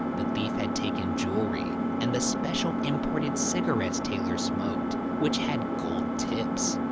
the thief had taken jewelry and the special imported cigarettes taylor smoked, which had gold tips.